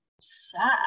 sad